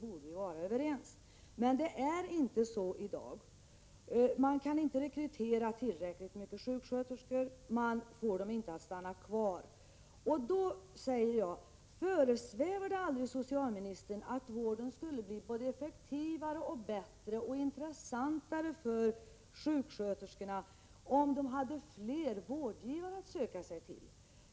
Men så är det inte i dag. Man kan inte rekrytera tillräckligt många sjuksköterskor. Man får dem inte att stanna kvar. Då frågar jag: Föresvävar det aldrig socialministern att vården skulle bli både effektivare och bättre samt intressantare för sjuksköterskorna om de hade fler vårdgivare att söka sig till?